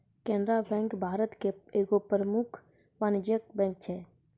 Canara bank Bharat के एगो प्रमुख वाणिज्यिक बैंक छै